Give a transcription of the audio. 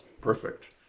Perfect